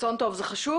רצון טוב זה חשוב.